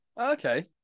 Okay